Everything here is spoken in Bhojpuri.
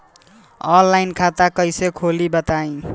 आनलाइन खाता कइसे खोली बताई?